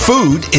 Food